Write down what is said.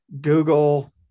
Google